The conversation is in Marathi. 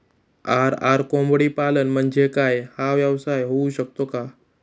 आर.आर कोंबडीपालन म्हणजे काय? हा व्यवसाय होऊ शकतो का?